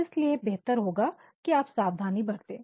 इसलिए बेहतर होगा कि आप सावधानी बरतें